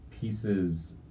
pieces